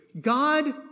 God